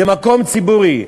זה מקום ציבורי,